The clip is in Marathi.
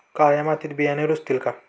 काळ्या मातीत बियाणे रुजतील का?